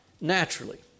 naturally